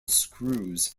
screws